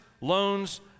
loans